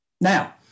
Now